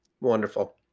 Wonderful